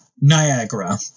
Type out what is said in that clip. Niagara